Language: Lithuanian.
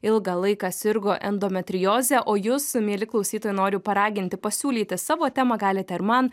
ilgą laiką sirgo endometrioze o jus mieli klausytojai noriu paraginti pasiūlyti savo temą galite ir man